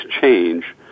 change